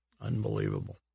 Unbelievable